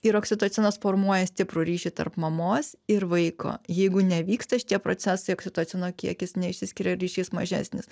ir oksitocinas formuoja stiprų ryšį tarp mamos ir vaiko jeigu nevyksta šitie procesai oksitocino kiekis neišsiskiria ryšys mažesnis